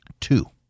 Two